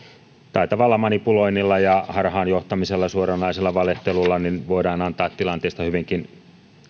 taitavalla manipuloinnilla ja harhaan johtamisella ja suoranaisella valehtelulla voidaan antaa tilanteesta hyvinkin